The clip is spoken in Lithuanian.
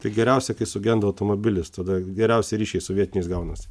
tai geriausia kai sugenda automobilis tada geriausi ryšiai su vietiniais gaunasi